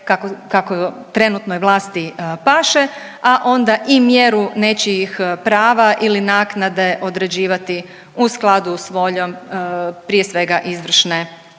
kako trenutnoj vlasti paše, a onda i mjeru nečijih prava ili naknade određivati u skladu sa voljom prije svega izvršne